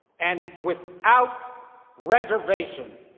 and without reservation,